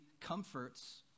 comforts